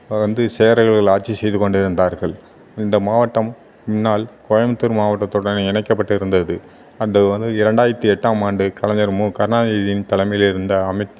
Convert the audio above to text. வந்து சேரர்கள் ஆட்சி செஞ்சு கொண்டிருந்தார்கள் இந்த மாவட்டம் முன்னாள் கோயமுத்தூர் மாவட்டத்துடன் இணைக்கப்பட்டு இருந்தது அது வந்து இரண்டாயிரத்தி எட்டாம் ஆண்டு கலைஞர் மு கருணாநிதியின் தலைமையில் இருந்த அமைச்